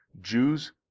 Jews